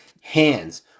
hands